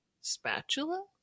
spatula